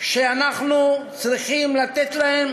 שאנחנו צריכים לתת להם